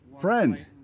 Friend